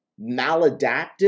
maladaptive